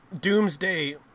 Doomsday